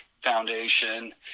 Foundation